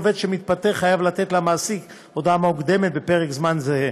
עובד שמתפטר חייב לתת למעסיק הודעה מוקדמת בפרק זמן זהה.